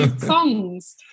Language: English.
songs